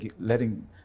letting